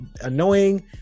annoying